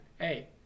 Hey